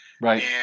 right